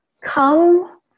come